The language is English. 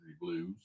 Blues